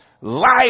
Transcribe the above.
Life